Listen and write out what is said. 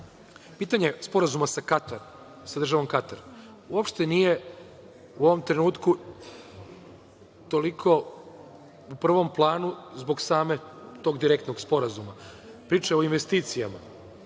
pitanje sporazuma sa državom Katar. Uopšte nije u ovom trenutku toliko u prvom planu zbog samog tog direktnog sporazuma. Priča je o investicijama